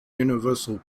universal